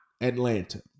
Atlanta